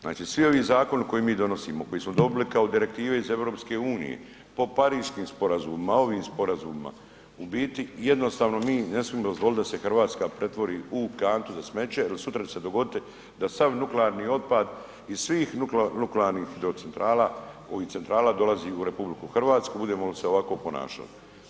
Znači svi ovi zakoni koje mi donosimo, koje smo dobili kao direktive iz EU, po Paraškim sporazumima, ovim sporazumima, u biti jednostavno mi ne smijemo dozvoliti da se Hrvatska pretvori u kantu za smeće jer sutra će se dogoditi da sav nuklearni otpad iz svih nuklearnih hidrocentrala dolazi u RH budemo li se ovako ponašali.